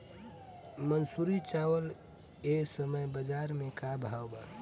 मंसूरी चावल एह समय बजार में का भाव बा?